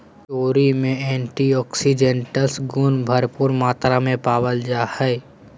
cherry में antioxidants गुण भरपूर मात्रा में पावल जा हइ